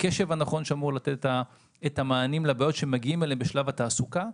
הקשב הנכון שאמור לתת מענים לבעיות שמגיעים אליהם בשלב התעסוקה.